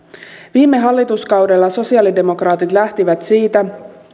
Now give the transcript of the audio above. viime hallituskaudella sosialidemokraatit lähtivät siitä